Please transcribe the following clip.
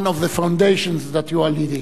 the foundations that you are leading,